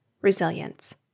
resilience